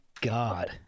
God